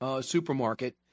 supermarket